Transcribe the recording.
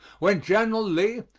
when general lee,